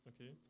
Okay